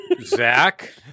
Zach